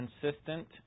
consistent